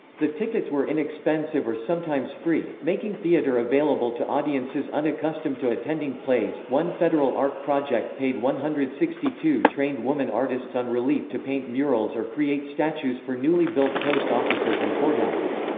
the tickets were inexpensive or sometimes free, making theater available to audiences unaccustomed to attending plays one federal art project paid one hundred and sixty two trained woman artists on relief to paint murals or create statues for newly built post offices and courthouses.